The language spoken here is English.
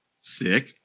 Sick